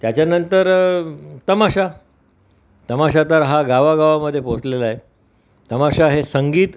त्याच्यानंतर तमाशा तमाशा तर हा गावागावामध्ये पोचलेला आहे तमाशा हे संगीत